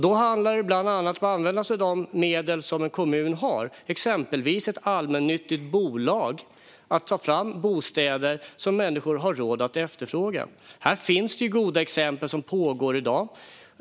Då handlar det bland annat om att använda sig av de medel en kommun har, exempelvis ett allmännyttigt bolag, för att ta fram bostäder som människor har råd att efterfråga. Här finns det goda exempel som pågår i dag.